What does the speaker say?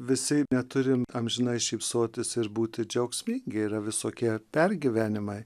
visi neturime amžinai šypsotis ir būti džiaugsmingi yra visokie pergyvenimai